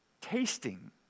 tasting